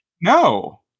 No